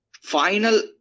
final